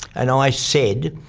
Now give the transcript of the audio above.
and i said,